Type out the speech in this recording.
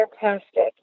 fantastic